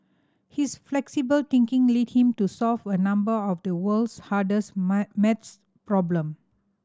his flexible thinking led him to solve a number of the world's hardest maths problem